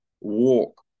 walk